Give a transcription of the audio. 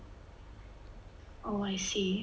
oh I see